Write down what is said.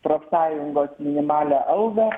profsąjungos minimalią algą